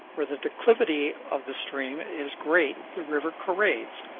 where the declivity of the stream is great the river corrades,